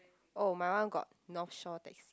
oh my one got North-Shore taxi